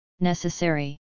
necessary